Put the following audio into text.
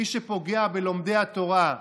מי שפוגע בלומדי התורה,